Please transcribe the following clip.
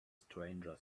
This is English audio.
stranger